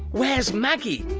where is maggie?